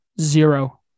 Zero